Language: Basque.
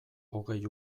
hogei